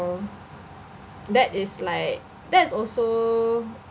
that is like that's also